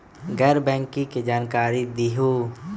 गैर बैंकिंग के जानकारी दिहूँ?